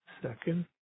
Second